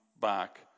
back